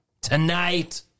Tonight